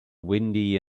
windy